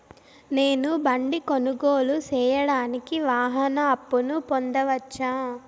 నేను బండి కొనుగోలు సేయడానికి వాహన అప్పును పొందవచ్చా?